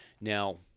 Now